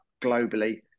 globally